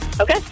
Okay